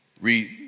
read